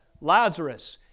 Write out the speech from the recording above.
Lazarus